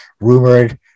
rumored